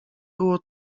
było